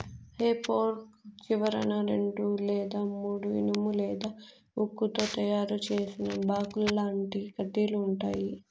హె fork చివరన రెండు లేదా మూడు ఇనుము లేదా ఉక్కుతో తయారు చేసిన బాకుల్లాంటి కడ్డీలు ఉంటాయి